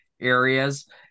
areas